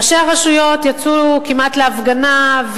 ראשי הרשויות יצאו כמעט להפגנה,